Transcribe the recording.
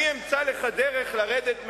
אני אמצא לך דרך לרדת מהעץ,